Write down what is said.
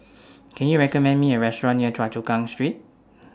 Can YOU recommend Me A Restaurant near Choa Chu Kang Street